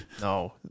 No